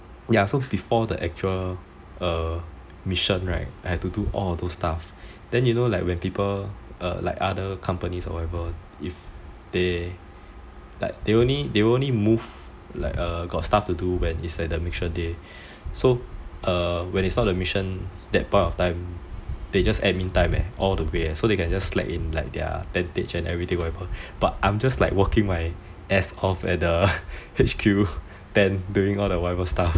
so before the actual mission right I have to do all of those stuff then you know when people like other companies or whatever if they they will only move or got stuff to do when it's at the mission day so when it's not the mission that point of time they just admin time all the way so they can just slack in their tentage or whatever but I'm just like working my ass off at the H_Q tent doing all the whatever stuff